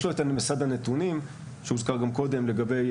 יש לו את מסד הנתונים שהוזכר גם קודם לגבי